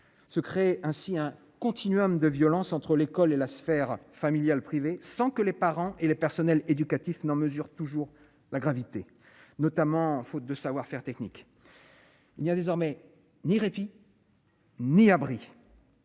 se crée ainsi un continuum de violences entre l'école et la sphère familiale privée sans que les parents et les personnels éducatifs n'en mesure toujours la gravité, notamment faute de savoir-faire technique, il y a désormais ni répit. Ni abri.